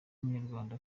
w’umunyarwanda